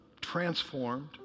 transformed